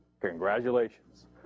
Congratulations